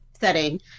setting